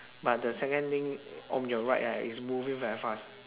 but the second lane on your right right is moving very fast